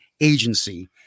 agency